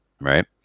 right